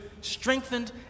strengthened